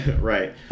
Right